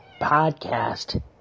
podcast